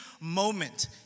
moment